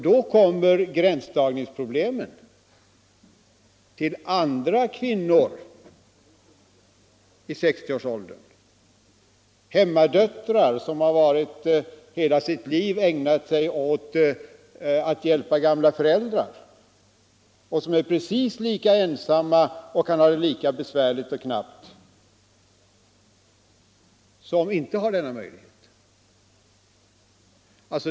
Då kommer gränsdragningsproblemen när det gäller andra kvinnor i 60-årsåldern, t.ex. hemmadöttrar som hela sitt liv ägnat sig åt att hjälpa gamla föräldrar och som är precis lika ensamma och kan ha det lika besvärligt och knappt men inte har denna möjlighet.